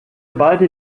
beide